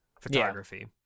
photography